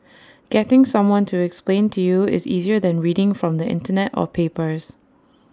getting someone to explain to you is easier than reading from the Internet or papers